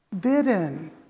Bidden